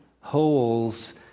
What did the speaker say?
holes